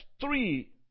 three